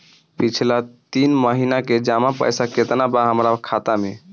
पिछला तीन महीना के जमा पैसा केतना बा हमरा खाता मे?